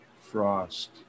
frost